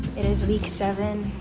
it is week seven.